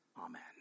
Amen